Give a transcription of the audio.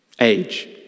age